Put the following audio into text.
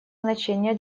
значение